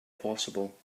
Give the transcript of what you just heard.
possible